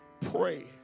Pray